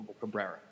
Cabrera